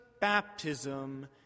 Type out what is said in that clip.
baptism